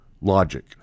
logic